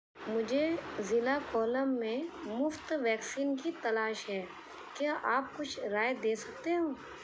مجھے ضلع کولم میں مفت ویکسین کی تلاش ہے کیا آپ کچھ رائے دے سکتے ہو